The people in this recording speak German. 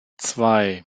zwei